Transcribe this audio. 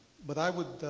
but i would